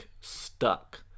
stuck